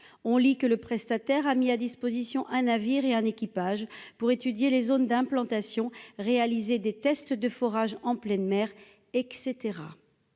on lit que le prestataire a mis à disposition un navire et un équipage pour étudier les zones d'implantation, réaliser des tests de forage en pleine mer, etc